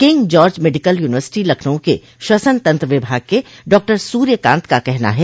king George Medical University Lucknow के श्वसन तंत्र विभाग के डॉक्टर सूर्यकांत का कहना है